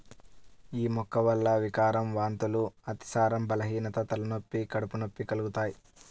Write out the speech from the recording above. యీ మొక్క వల్ల వికారం, వాంతులు, అతిసారం, బలహీనత, తలనొప్పి, కడుపు నొప్పి కలుగుతయ్